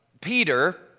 Peter